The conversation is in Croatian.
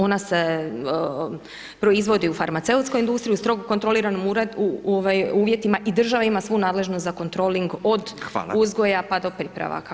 Ona se proizvodi u farmaceutskoj industriji u strogo kontroliranim uvjetima i država ima svu nadležnost za kontroling, od uzgoja, pa do pripravaka.